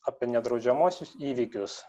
apie nedraudžiamuosius įvykius